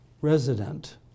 resident